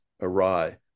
awry